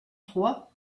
trois